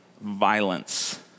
violence